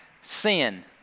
Sin